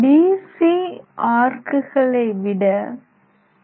C ஆர்க்குகளை விட ஏ